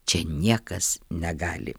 čia niekas negali